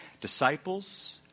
Disciples